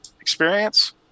experience